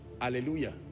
Hallelujah